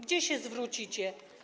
Gdzie się zwrócicie?